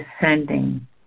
descending